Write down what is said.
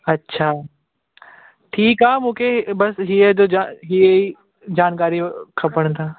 अच्छा ठीकु आहे मुखे बसि हीअ त हीअ ई जानकारी खपनि था